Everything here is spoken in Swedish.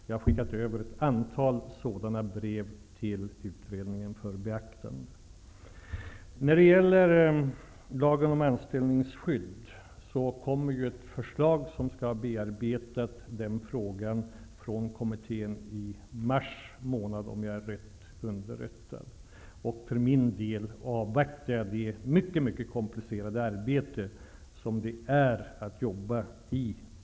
Jag har skickat över ett antal sådana brev till utredningen för beaktande. När det gäller lagen om anställningsskydd kommer det ett förslag i mars månad från kommittén, som skall bearbeta den frågan. För min del avvaktar jag det mycket komplicerade arbete som den kommittén utför.